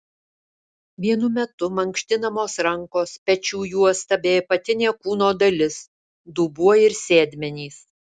vienu metu mankštinamos rankos pečių juosta bei apatinė kūno dalis dubuo ir sėdmenys